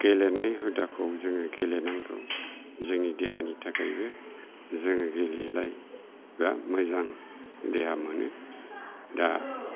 गेलेनाय हुदाखौ जोङो गेलेनांगौ जोंनि देहानि थाखायबो जोङो गेलेलायोबा मोजां देहा मोनो दा